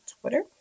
Twitter